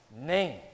name